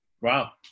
Wow